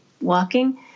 walking